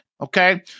Okay